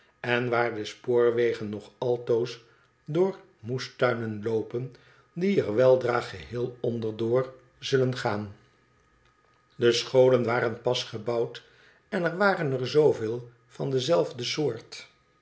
en waar de spoorwegen nog altoos door moestuinen loopen die er weldra geheel onder door zullen gaan de scholen waren pas gebouwd en er waren er zooveel van hetzelftie soort